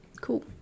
cool